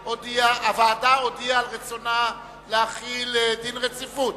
שהוועדה הודיעה על רצונה להחיל דין רציפות